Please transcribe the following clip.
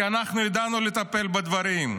כי אנחנו ידענו לטפל בדברים.